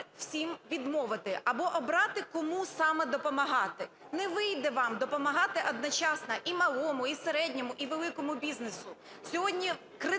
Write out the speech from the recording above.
"всім відмовити або обрати, кому саме допомагати". Не вийде вам допомагати одночасно і малому, і середньому, і великому бізнесу. Сьогодні